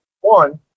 one